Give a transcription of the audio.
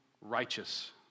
righteous